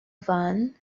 van